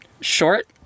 short